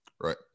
Right